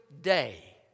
day